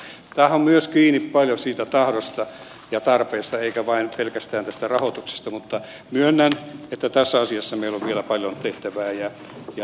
tämähän on myös kiinni paljon siitä tahdosta ja tarpeesta eikä vain pelkästään tästä rahoituksesta mutta myönnän että tässä asiassa meillä on vielä paljon tehtävää